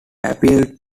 appealed